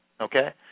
okay